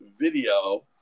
video